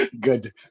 good